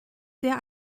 sehr